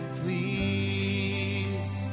please